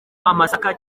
amasaka